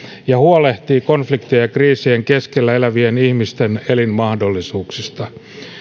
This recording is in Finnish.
ja huolehtii konfliktien ja kriisien keskellä elävien ihmisten elinmahdollisuuksista